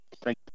thank